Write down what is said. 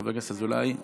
חבר הכנסת אזולאי,